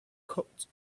coat